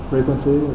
Frequency